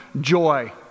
joy